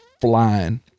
flying